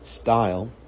style